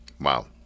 Wow